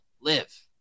live